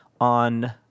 on